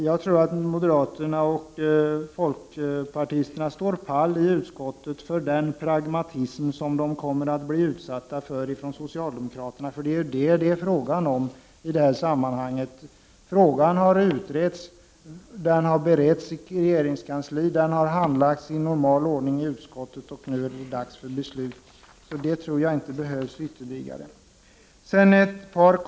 Jag tror att moderaterna och folkpartisterna i utskottet klarar den pragmatism som de kommer att bli utsatta för från socialdemokraternas sida. Det är ju det som det gäller i det här sammanhanget. Frågan har utretts, beretts i regeringskansliet och handlagts i normal ordning i utskottet, så nu är det dags för beslut.